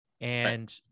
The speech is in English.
And-